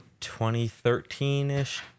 2013-ish